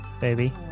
baby